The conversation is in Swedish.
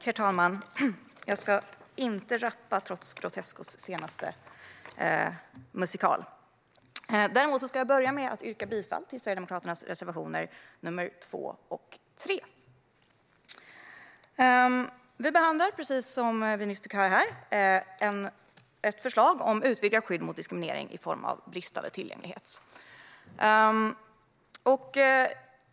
Herr talman! Jag ska inte rappa, trots Grotescos senaste musikal. Däremot ska jag börja med att yrka bifall till reservationerna 2 och 3 från Sverigedemokraterna. Vi behandlar, precis som vi nyss fick höra här, ett förslag om utvidgat skydd mot diskriminering i form av bristande tillgänglighet.